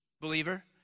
believer